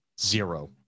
zero